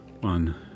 one